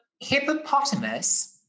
Hippopotamus